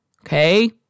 Okay